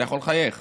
אתה יכול לחייך